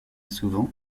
souvent